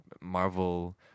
Marvel